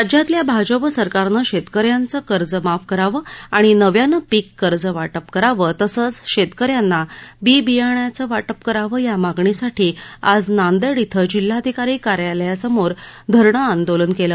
राज्यातल्या भाजप सरकारनं शेतकऱ्याचं कर्ज माफ करावं आणि नव्यानं पीक कर्ज वाटप करावं तसंच शेतकऱ्यांना बी बीयाण्याचं वाटप करावं या मागणीसाठी आज नांदेड इथं जिल्हाधिकारी कार्यालयासमोर धरणं आंदोलन केलं